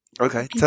okay